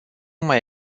mai